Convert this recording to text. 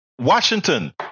Washington